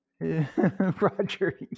Roger